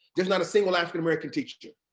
there's not a single african-american teacher?